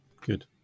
good